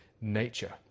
nature